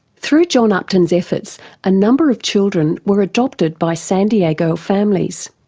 through john upton's efforts a number of children were adopted by san diego families.